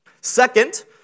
Second